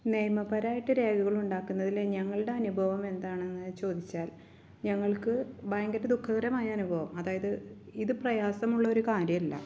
നിയമപരമായിട്ട് രേഖകളുണ്ടാക്കുന്നതിൽ ഞങ്ങളുടെ അനുഭവം എന്താണെന്ന് ചോദിച്ചാൽ ഞങ്ങൾക്ക് ഭയങ്കര ദുഖകരമായ അനുഭവം അതായത് ഇത് പ്രയാസമുള്ള ഒരു കാര്യമല്ല